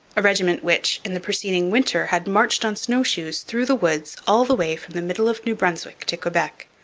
a regiment which, in the preceding winter, had marched on snow-shoes through the woods all the way from the middle of new brunswick to quebec.